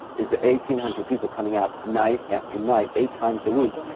is the eighteen hundred people coming out night after night, eight times a week.